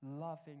loving